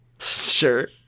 sure